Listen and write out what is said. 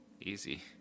easy